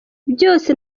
byose